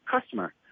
customer